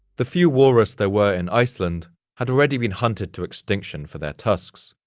the few walrus there were in iceland had already been hunted to extinction for their tusks,